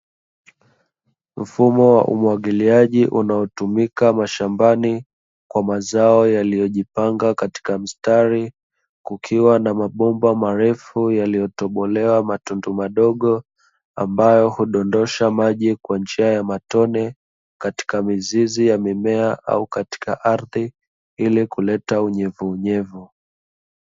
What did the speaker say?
Mfumo wa umwagiliaji kwa mazaoa yaliyopandwa mabomba yenye kutobolewa yana toa maji kwa njia ya matone